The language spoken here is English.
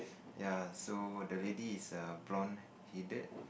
ya so the lady is a blonde headed